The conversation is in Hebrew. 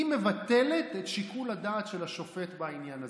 מבטלת את שיקול הדעת של השופט בעניין הזה.